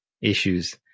Issues